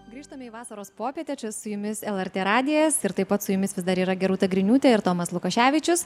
grįžtame į vasaros popietę čia su jumis lrt radijas ir taip pat su jumis vis dar yra gerūta griniūtė ir tomas lukaševičius